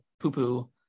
poo-poo